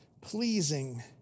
pleasing